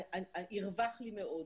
ירווח לי מאוד.